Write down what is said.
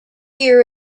year